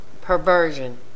perversion